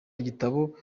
igitabo